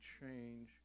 change